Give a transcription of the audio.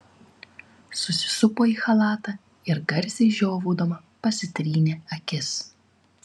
susisupo į chalatą ir garsiai žiovaudama pasitrynė akis